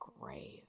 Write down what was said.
grave